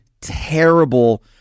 terrible